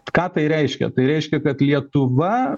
ką tai reiškia tai reiškia kad lietuva